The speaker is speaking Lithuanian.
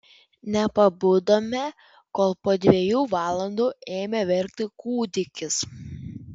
nepabudome kol po dviejų valandų ėmė verkti kūdikis